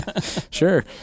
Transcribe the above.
sure